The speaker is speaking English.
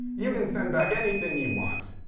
you can send back anything you want,